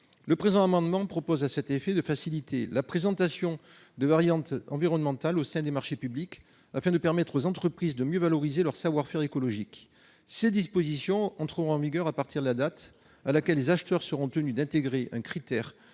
cet amendement vise à faciliter la présentation de variantes environnementales au sein des marchés publics, afin de permettre aux entreprises de mieux valoriser leur savoir-faire écologique. Ces dispositions entreront en vigueur à partir de la date à laquelle les acheteurs seront tenus d'intégrer un critère